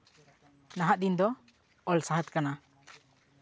ᱱᱟᱦᱟᱜ ᱫᱤᱱ ᱫᱚ ᱚᱞ ᱥᱟᱶᱦᱮᱫ ᱠᱟᱱᱟ